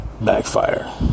backfire